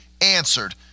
answered